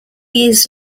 years